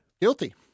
Guilty